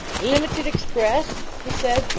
limited express! he said,